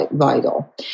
vital